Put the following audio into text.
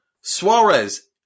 Suarez